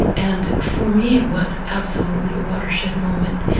and, for me, it was absolutely a watershed moment,